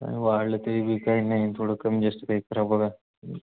आणि वाढलं तरीही काही नाही थोडं कमी जास्त काही करा बघा